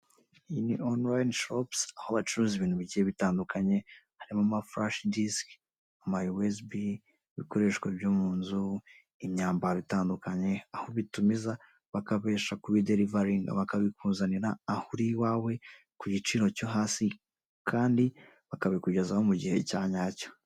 Iyi ni onorayini shopuzi aho bacuruza ibintu bigiye bitandukanye, harimo amafurashe disike, amayuwezibi, ibikoreshho byo mu nzu, imyambaro itandukanye, aho ubitumiza ukabihesha kubiderivaringa bakabikuzanira aho uri iwawe ku giciro cyo hasi kandi bakabikugezaho mu gihe cya nyacyo.